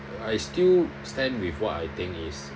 I still stand with what I think is